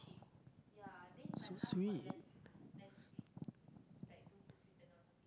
so sweet